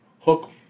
Hook